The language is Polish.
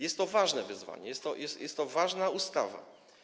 Jest to ważne wyzwanie, jest to ważna ustawa.